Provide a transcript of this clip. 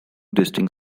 distinct